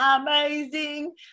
amazing